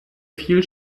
viel